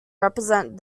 represent